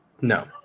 No